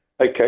Okay